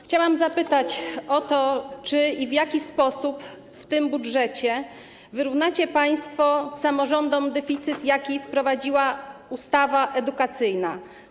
Chciałam zapytać o to, czy i w jaki sposób w tym budżecie wyrównacie państwo samorządom deficyt, jaki spowodowała ustawa edukacyjna.